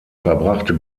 verbrachte